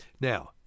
Now